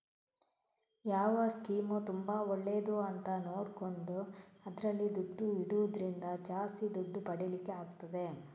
ಯಾವ ಸ್ಕೀಮ್ ತುಂಬಾ ಒಳ್ಳೇದು ಅಂತ ನೋಡಿಕೊಂಡು ಅದ್ರಲ್ಲಿ ದುಡ್ಡು ಇಡುದ್ರಿಂದ ಜಾಸ್ತಿ ದುಡ್ಡು ಪಡೀಲಿಕ್ಕೆ ಆಗ್ತದೆ